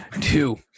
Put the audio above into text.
Two